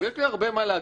ויש לי הרבה מה להגיד,